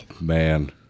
man